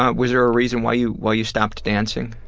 um was there a reason why you why you stopped dancing?